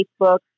Facebook